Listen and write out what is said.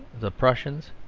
the prussians,